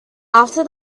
after